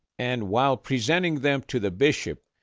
and while presenting them to the bishop,